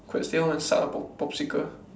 stay on and suck a pop~ popsicle